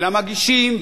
אל המגישים,